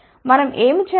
మనం ఏమి చేయాలి